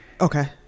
okay